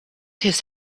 his